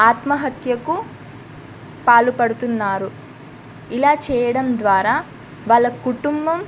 ఆత్మహత్యకు పాలుపడుతున్నారు ఇలా చేయడం ద్వారా వాళ్ళ కుటుంబం